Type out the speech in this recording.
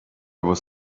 was